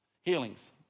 Healings